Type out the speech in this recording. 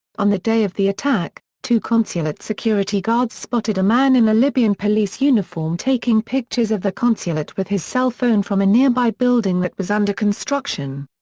on the day of the attack two consulate security guards spotted a man in a libyan police uniform taking pictures of the consulate with his cell phone from a nearby building that was under construction.